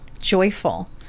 joyful